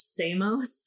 Stamos